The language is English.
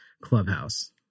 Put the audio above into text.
Clubhouse